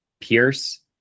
Pierce